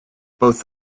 both